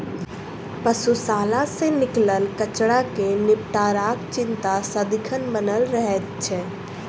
पशुशाला सॅ निकलल कचड़ा के निपटाराक चिंता सदिखन बनल रहैत छै